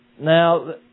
Now